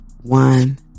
One